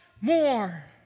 more